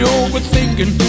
overthinking